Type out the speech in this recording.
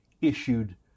issued